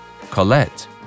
Colette